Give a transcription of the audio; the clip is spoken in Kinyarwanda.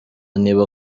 niba